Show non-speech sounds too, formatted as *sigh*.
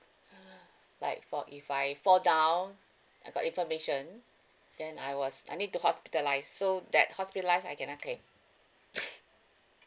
like for if I fall down I got inflammation then I was I need to hospitalised so that hospitalise I cannot claim *laughs*